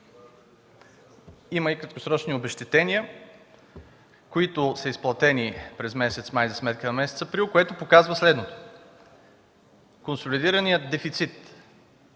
има и краткосрочни обезщетения, които са изплатени през месец май, за сметка на месец април, което показва следното: консолидираният дефицит